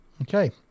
Okay